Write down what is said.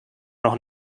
noch